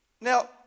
Now